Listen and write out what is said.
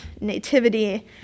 nativity